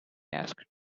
asked